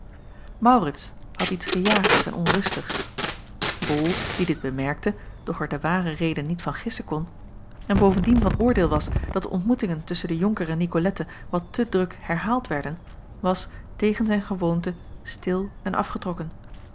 maurits had iets gejaagds en onrustigs bol die dit bemerkte doch er de ware reden niet van gissen kon en bovendien van oordeel was dat de ontmoetingen tusschen den jonker en nicolette wat te druk herhaald werden was tegen zijn gewoonte stil en afgetrokken